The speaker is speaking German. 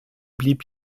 blieb